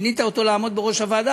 מינית אותו לעמוד בראש הוועדה,